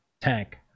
tank